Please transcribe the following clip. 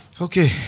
Okay